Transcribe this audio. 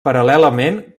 paral·lelament